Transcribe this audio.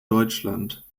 deutschland